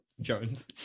Jones